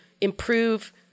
improve